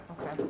okay